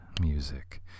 music